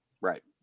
Right